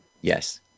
Yes